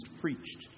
preached